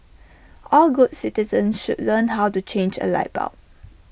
all good citizens should learn how to change A light bulb